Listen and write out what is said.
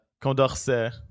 Condorcet